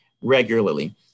regularly